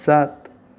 सात